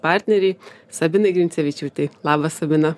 partnerei sabinai grincevičiūtei labas sabina